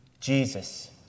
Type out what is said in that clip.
Jesus